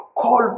call